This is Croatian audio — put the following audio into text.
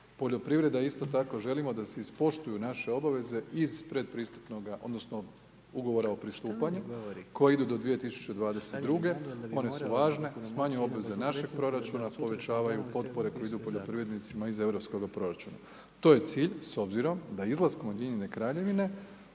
Poljoprivreda isto tako želimo da se ispoštuju naše obaveze iz predpristupnoga, odnosno ugovora o pristupanju koji idu do 2022. one su važne, smanjuju obveze našeg proračuna, a povećavaju potpore koje idu poljoprivrednicima iz europskoga proračuna. To je cilj s obzirom da izlaskom Ujedinjene Kraljevine,